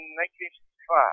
1965